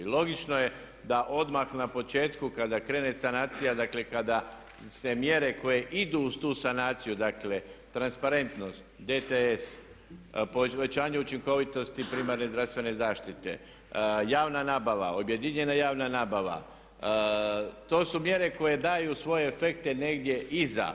Logično je da odmah na početku kada krene sanacija, dakle kada se mjere koje idu uz tu sanaciju, dakle transparentnost, DTS, povećanje učinkovitosti primarne zdravstvene zaštite, javna nabava, objedinjena javna nabava to su mjere koje daju svoje efekte negdje iza.